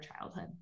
childhood